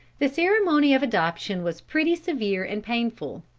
the ceremony of adoption was pretty severe and painful.